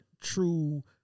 true